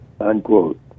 unquote